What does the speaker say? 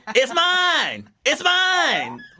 it's mine. it's mine